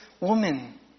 woman